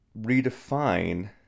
redefine